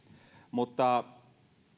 mutta